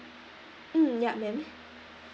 mm yup ma'am